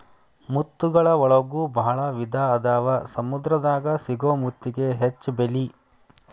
ಮುತ್ತುಗಳ ಒಳಗು ಭಾಳ ವಿಧಾ ಅದಾವ ಸಮುದ್ರ ದಾಗ ಸಿಗು ಮುತ್ತಿಗೆ ಹೆಚ್ಚ ಬೆಲಿ